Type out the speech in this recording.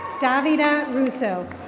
davy dot russo.